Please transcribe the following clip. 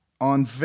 on